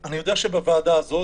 אני יודע שבוועדה הזו,